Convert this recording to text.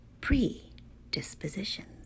predispositions